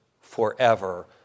forever